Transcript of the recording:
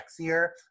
sexier